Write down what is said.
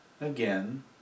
again